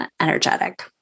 energetic